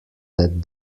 that